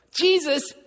Jesus